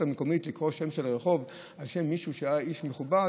המקומית לקרוא רחוב על שם מישהו שהיה איש מכובד,